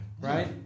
right